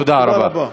תודה רבה.